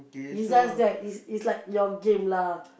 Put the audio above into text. it's just that it's it's like your game lah